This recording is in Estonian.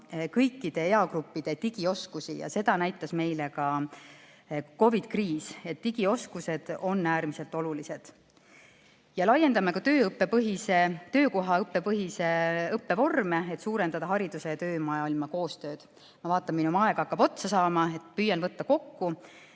kõikide eagruppide digioskusi. Seda näitas meile ka COVID‑i kriis, et digioskused on äärmiselt olulised. Laiendame töökohapõhise õppe vorme, et suurendada hariduse ja töömaailma koostööd. Ma vaatan, et mu aeg hakkab otsa saama, nii et püüan võtta